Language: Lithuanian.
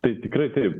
tai tikrai taip